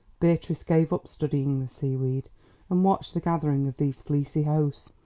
beatrice gave up studying the seaweed and watched the gathering of these fleecy hosts.